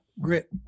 Grit